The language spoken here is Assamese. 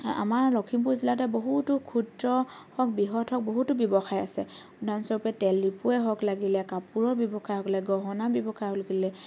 আমাৰ লখিমপুৰ জিলাতে বহুতো ক্ষুদ্ৰ হওক বৃহৎ হওক বহুতো ব্যৱসায় আছে উদাহৰণস্বৰূপে তেল দিপুয়ে হওক লাগিলে কাপোৰৰ ব্যৱসায়ে হওক গহনা ব্যৱসায়ে হওঁক লাগিলে